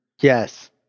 Yes